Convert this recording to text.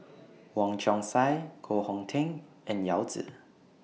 Wong Chong Sai Koh Hong Teng and Yao Zi